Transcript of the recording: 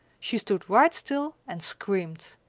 she stood right still and screamed.